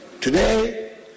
Today